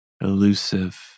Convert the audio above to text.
elusive